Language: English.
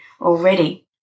already